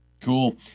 Cool